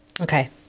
Okay